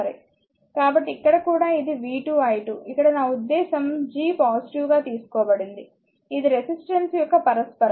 కాబట్టి ఇక్కడ కూడా ఇది v2 i2 ఇక్కడ నా ఉద్దేశ్యం G పాజిటివ్ గా తీసుకోబడింది ఇది రెసిస్టెన్స్ యొక్క పరస్పరం